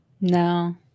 No